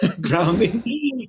grounding